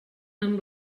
amb